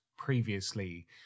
previously